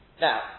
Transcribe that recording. Now